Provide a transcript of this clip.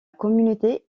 communauté